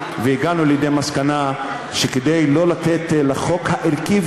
והגענו למסקנה שכדי שלא לתת לחוק הערכי,